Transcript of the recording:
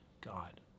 God